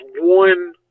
one